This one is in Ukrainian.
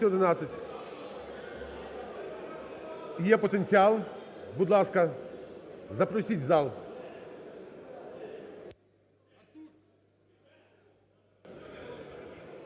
є потенціал. Будь ласка, запросіть в